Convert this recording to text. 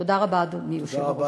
תודה רבה, אדוני היושב-ראש.